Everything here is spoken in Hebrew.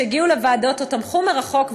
שהגיעו לוועדות או תמכו מרחוק,